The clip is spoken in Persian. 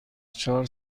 چهار